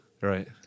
Right